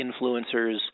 influencers